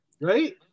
Right